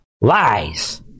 Lies